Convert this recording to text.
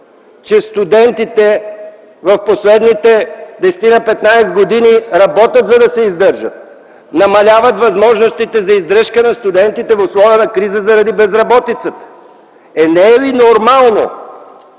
че студентите в последните 10-15 години работят, за да се издържат. Намаляват възможностите за издръжка на студентите в условията на криза, заради безработицата. Не е ли нормално